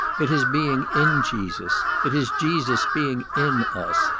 it is being in jesus, it is jesus being in us,